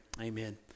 Amen